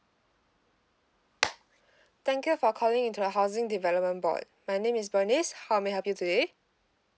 thank you for calling into the housing development board my name is bernice how may I help you today